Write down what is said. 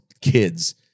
kids